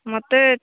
ମୋତେ